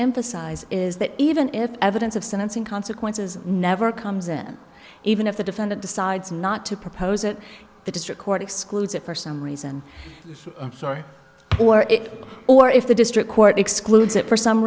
emphasize is that even if evidence of sentencing consequences never comes in even if the defendant decides not to propose it the district court excludes it for some reason i'm sorry for it or if the district court excludes it for some